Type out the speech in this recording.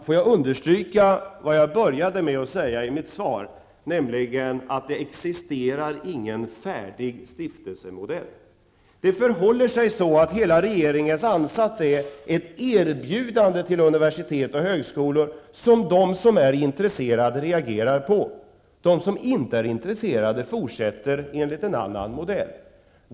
Får jag understryka vad jag började med att säga i mitt svar, nämligen att det inte existerar någon färdig stiftelsemodell. Det förhåller sig så att hela regeringens ansats är ett erbjudande till universitet och högskolor som de som är intresserade reagerar på. De som inte är intresserade fortsätter enligt en annan modell.